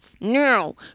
No